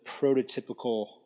prototypical